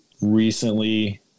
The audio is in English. recently